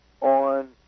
on